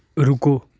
ਰੁਕੋ